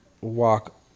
walk